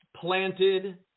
planted